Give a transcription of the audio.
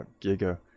Giga